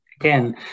again